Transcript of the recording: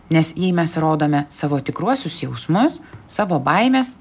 nes jei mes rodome savo tikruosius jausmus savo baimes